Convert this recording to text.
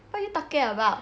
what are you talking about